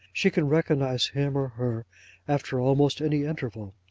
she can recognise him or her after almost any interval.